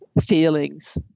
feelings